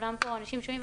כולם פה אנשים שומעים.